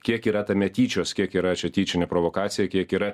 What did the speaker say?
kiek yra tame tyčios kiek yra čia tyčinė provokacija kiek yra